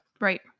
Right